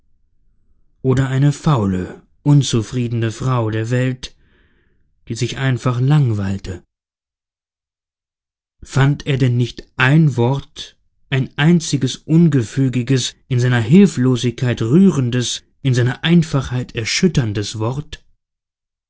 oder eine faule unzufriedene frau der welt die sich einfach langweilte fand er denn nicht ein wort ein einziges ungefügiges in seiner hilflosigkeit rührendes in seiner einfachheit erschütterndes wort